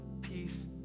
peace